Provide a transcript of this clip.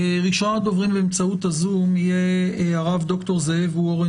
ראשון הדוברים באמצעות ה-זום יהיה הרב דוקטור זאב וורן